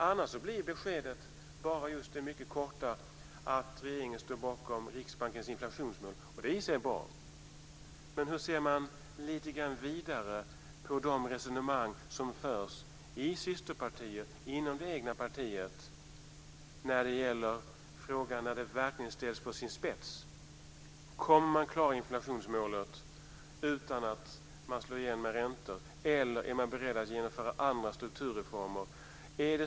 Annars blir beskedet bara just det mycket korta att regeringen står bakom Riksbankens inflationsmål. Det är i och för sig bra. Men hur ser man lite grann vidare på de resonemang som förs, i systerpartier och inom det egna partiet, när frågan verkligen ställs på sin spets? Kommer man att klara inflationsmålet utan att slå tillbaka med räntor, eller är man beredd att genomföra andra strukturreformer?